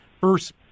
first